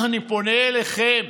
אני פונה אליכם: